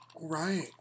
Right